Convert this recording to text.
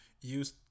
use